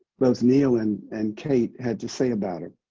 both neil and and kate had to say about and